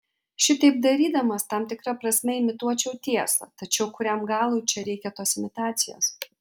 šitaip darydamas tam tikra prasme imituočiau tiesą tačiau kuriam galui čia reikia tos imitacijos